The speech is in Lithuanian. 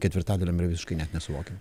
ketvirtadaliam yra visiškai net nesuvokia